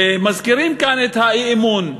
מזכירים פה את האי-אמון.